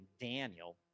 Daniel